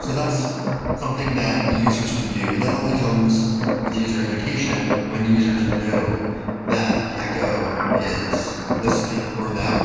so that's something that users can do, and that only comes with user education when users know that the echo is listening for that